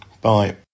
bye